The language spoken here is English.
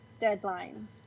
deadline